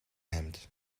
hemd